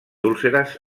úlceres